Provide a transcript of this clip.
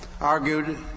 argued